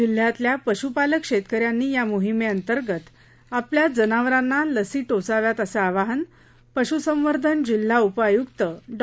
जिल्हातल्या पशुपालक शेतकऱ्यांनी या मोहीमेअंतर्गत आपल्या जनावरांना लसी टोचाव्यात असं आवाहन पशुसंवर्धन जिल्हा उपआयुक्त डॉ